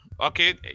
okay